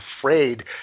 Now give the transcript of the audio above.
afraid